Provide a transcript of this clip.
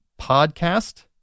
podcast